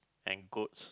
and goats